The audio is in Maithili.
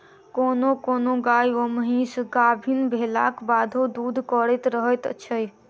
कोनो कोनो गाय वा महीस गाभीन भेलाक बादो दूध करैत रहैत छै